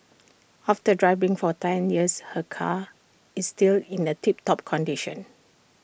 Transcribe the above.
after driving for ten years her car is still in A tip top condition